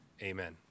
amen